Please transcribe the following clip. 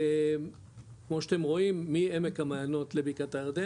כמו שאתם רואים מעמק המעיינות לבקעת הירדן,